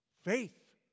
Faith